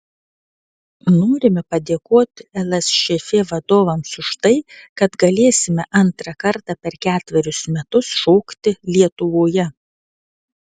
norime padėkoti lsšf vadovams už tai kad galėsime antrą kartą per ketverius metus šokti lietuvoje